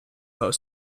post